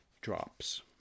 drops